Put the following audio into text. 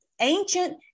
ancient